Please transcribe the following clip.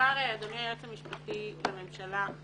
אדוני היועץ המשפטי לממשלה,